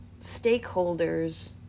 stakeholders